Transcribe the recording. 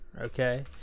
okay